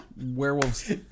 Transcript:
werewolves